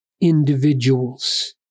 individuals